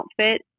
outfit